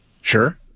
Sure